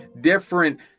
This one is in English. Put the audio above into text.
different